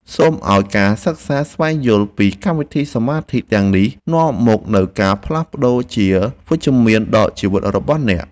សូមឱ្យការសិក្សាស្វែងយល់ពីកម្មវិធីសមាធិទាំងនេះនាំមកនូវការផ្លាស់ប្តូរជាវិជ្ជមានដល់ជីវិតរបស់អ្នក។